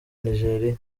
nigeria